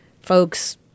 folks